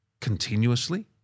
continuously